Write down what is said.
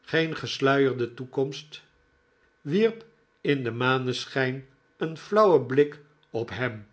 geen gesluierde toekomst wierp in den maneschijn een flauwen blik op hem